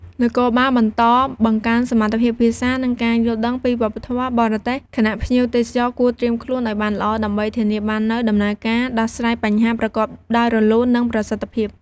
នគរបាលបន្តបង្កើនសមត្ថភាពភាសា និងការយល់ដឹងពីវប្បធម៌បរទេស ខណៈភ្ញៀវទេសចរគួរត្រៀមខ្លួនឲ្យបានល្អ ដើម្បីធានាបាននូវដំណើរការដោះស្រាយបញ្ហាប្រកបដោយរលូន និងប្រសិទ្ធភាព។